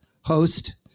host